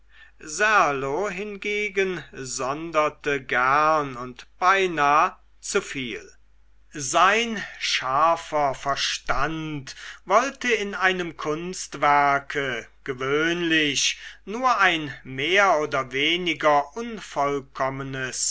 serlo hingegen sonderte gern und beinah zu viel sein scharfer verstand wollte in einem kunstwerke gewöhnlich nur ein mehr oder weniger unvollkommenes